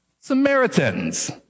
Samaritans